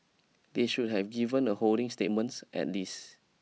they should have given a holding statements at least